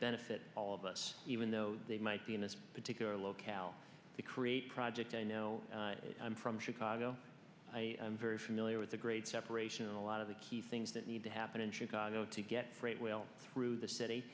benefit all of us even though they might be in a particular locale to create project i know i'm from chicago i am very familiar with the great separation a lot of the key things that need to happen in chicago to get freight well through the city